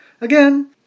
Again